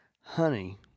Honey